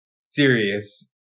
serious